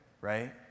right